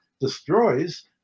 destroys